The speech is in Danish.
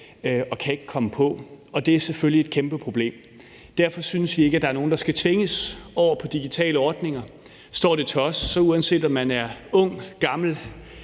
og kan ikke komme på, og det er selvfølgelig et kæmpeproblem. Derfor synes vi ikke, at der er nogen, der skal tvinges over på digitale ordninger. Står det til os, skal man, uanset om man er ung eller